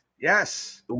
yes